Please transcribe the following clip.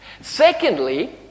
Secondly